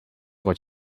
what